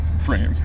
frame